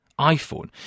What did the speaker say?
iPhone